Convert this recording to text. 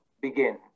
begin